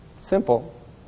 Simple